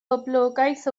boblogaeth